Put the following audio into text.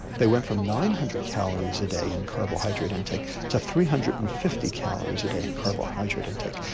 they went from nine hundred calories a day in carbohydrate intake to three hundred and fifty calories a day in carbohydrate intake,